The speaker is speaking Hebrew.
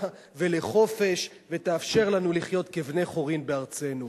ולחופש ותאפשר לנו לחיות כבני-חורין בארצנו.